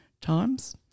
times